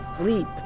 leap